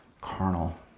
carnal